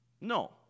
No